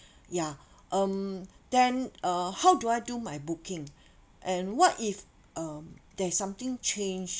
ya um then uh how do I do my booking and what if um there's something changed